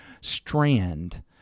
strand